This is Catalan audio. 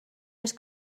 les